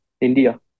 India